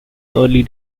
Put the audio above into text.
early